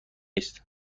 است